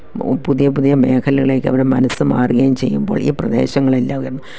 പുതിയ പുതിയ മേഖലകളിലേക്ക് അവരുടെ മനസ്സ് മാറുകയും ചെയ്യുമ്പോൾ ഈ പ്രദേശങ്ങളെല്ലാം ഉയർന്നു